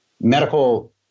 medical